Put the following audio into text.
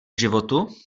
životu